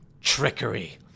trickery